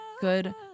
good